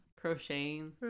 crocheting